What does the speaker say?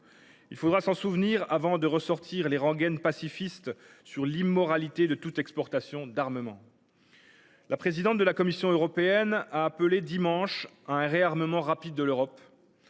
Il faudra s’en souvenir avant de ressortir les rengaines pacifistes sur l’immoralité de toute exportation d’armement. La présidente de la Commission européenne a appelé dimanche à un réarmement rapide de l’Europe.